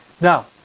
Now